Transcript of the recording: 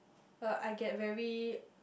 uh I get very